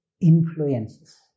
influences